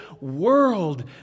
world